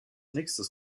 nächstes